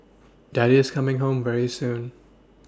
daddy's coming home very soon